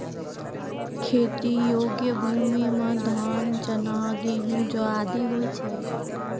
खेती योग्य भूमि म धान, चना, गेंहू, जौ आदि होय छै